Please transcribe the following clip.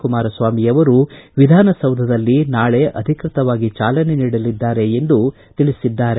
ಕುಮಾರಸ್ವಾಮಿಯವರು ವಿಧಾನಸೌಧದಲ್ಲಿ ಅಧಿಕೃತವಾಗಿ ಚಾಲನೆ ನೀಡಲಿದ್ದಾರೆ ಎಂದು ತಿಳಿಸಿದ್ದಾರೆ